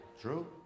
True